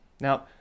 Now